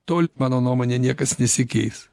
tol mano nuomone niekas nesikeis